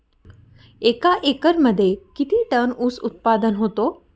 एका एकरमध्ये किती टन ऊस उत्पादन होतो?